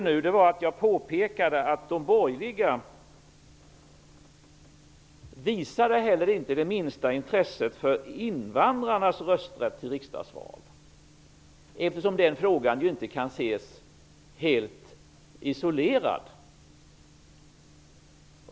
Nu påpekade jag att de borgerliga inte heller visade det minsta intresse för invandrarnas rösträtt i riksdagsvalen. Den frågan kan ju inte ses helt isolerad.